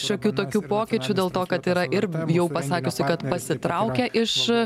šiokių tokių pokyčių dėl to kad yra ir jau pasakiusi kad pasitraukia iš